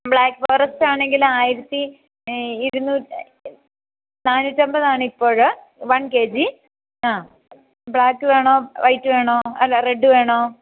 black ഫോറെസ്റ്റാണെങ്കിൽ ആയിരത്തി ഇരുന്നൂറ്റി നാന്നൂറ്റി അൻപതാണ് ഇപ്പോൾ വൺ കെ ജി ആ ബ്ലാക്ക് വേണോ വൈറ്റ് വേണോ റെഡ് വേണോ